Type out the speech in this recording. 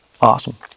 Awesome